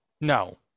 No